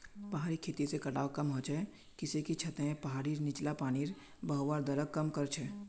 पहाड़ी खेती से कटाव कम ह छ किसेकी छतें पहाड़ीर नीचला पानीर बहवार दरक कम कर छे